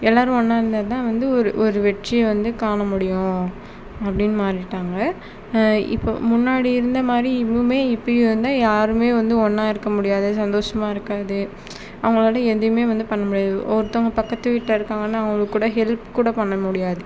எல்லாரும் ஒன்றா இருந்தால் தான் வந்து ஒரு ஒரு வெற்றியும் வந்து காண முடியும் அப்படினு மாறிட்டாங்க இப்போ முன்னாடி இருந்த மாதிரி இன்னுமே இப்பயும் இருந்தால் யாருமே வந்து ஒன்றா இருக்க முடியாது சந்தோஷமா இருக்காது அவங்களாட எதையுமே வந்து பண்ண முடியாது ஒருத்தங்க பக்கத்து வீட்டில் இருக்காங்கன்னா அவங்களுக்கு கூட ஹெல்ப் கூட பண்ண முடியாது